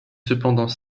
cependant